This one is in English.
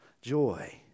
joy